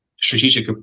strategic